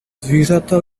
zvířata